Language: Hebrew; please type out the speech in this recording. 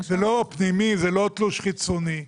זה פנימי, זה לא תלוש חיצוני.